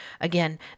Again